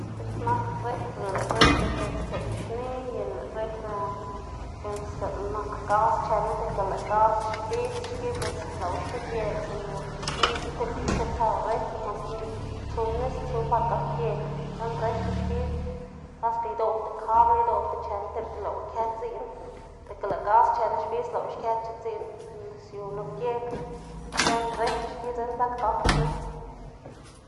Dzi'k nak refri lëꞌ refri c̲h̲uꞌnnstsiꞌn xni y lëꞌ refri c̲h̲uꞌnnstsiꞌn nak gas chennu tika lëꞌ gas xbidz xki, bos lëꞌwu xkibiëda sinda tiene ke tipta ikëtsëw refri mas tsu nis tsu par gak geg lën refri xki, kaska idoꞌbda kabl idoꞌbda chen tipta lëꞌwu kë dziꞌn, tika lëꞌ gas chenu xbidz lëꞌwu xkëdc̲h̲a dziꞌn, sinda siu nup geg lën refri xki dzekna bët gakdnu.